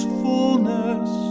fullness